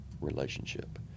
relationship